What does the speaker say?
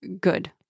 good